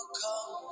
come